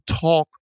talk